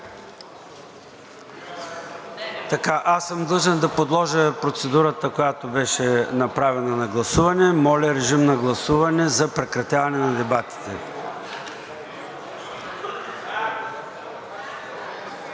Аз съм длъжен да подложа процедурата, която беше направена, на гласуване. Моля, режим на гласуване за прекратяване на дебатите.